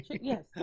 Yes